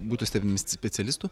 būtų stebimi specialistų